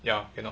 ya you know